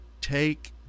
take